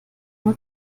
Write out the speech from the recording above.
nur